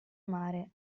mare